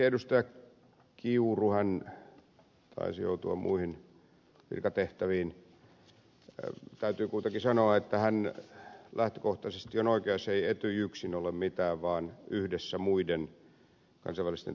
kiurulle vaikka hän taisi joutua muihin virkatehtäviin täytyy sanoa että hän lähtökohtaisesti on oikeassa ei etyj yksin ole mitään vaan yhdessä muiden kansainvälisten toimijoiden kanssa